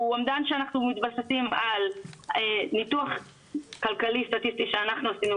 זה אומדן שאנחנו מתבססים בו על ניתוח כלכלי-סטטיסטי שאנחנו עושים,